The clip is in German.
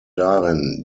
darin